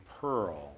pearl